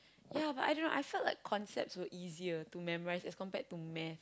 yeah I don't know I felt like concepts were easier to memorise as compared to maths